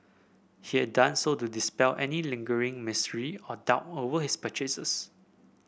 he had done so to dispel any lingering mystery or doubt over his purchases